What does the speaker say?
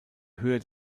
höher